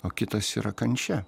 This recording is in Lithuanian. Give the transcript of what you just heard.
o kitas yra kančia